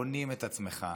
בונים את עצמך,